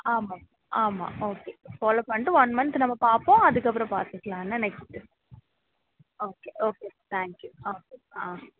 ஆமாம் ஆமாம் okay follow பண்ணிட்டு ஒன் மன்த் நம்ம பார்ப்போம் அதுக்கப்புறம் பார்த்துக்கலாம் என்ன next okay okay thank you ah ah